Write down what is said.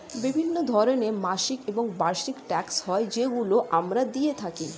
বিভিন্ন ধরনের মাসিক এবং বার্ষিক ট্যাক্স হয় যেগুলো আমরা দিয়ে থাকি